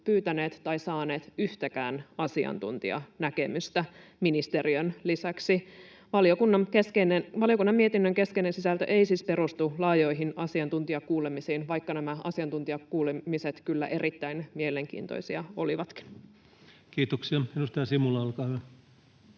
pyytäneet tai saaneet yhtäkään asiantuntijanäkemystä ministeriön lisäksi. Valiokunnan mietinnön keskeinen sisältö ei siis perustu laajoihin asiantuntijakuulemisiin, vaikka nämä asiantuntijakuulemiset kyllä erittäin mielenkiintoisia olivatkin. [Speech 214] Speaker: